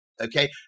Okay